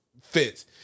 fits